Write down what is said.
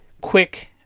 quick